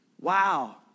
Wow